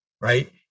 right